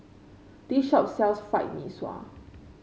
this shop sells Fried Mee Sua